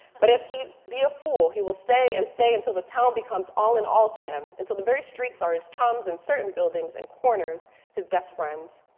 but if he be a fool, he will stay and stay until the town becomes all in all to him, until the very streets are his chums and certain buildings and corners his best friends.